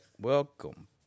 welcome